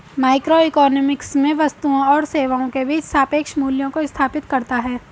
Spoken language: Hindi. माइक्रोइकोनॉमिक्स में वस्तुओं और सेवाओं के बीच सापेक्ष मूल्यों को स्थापित करता है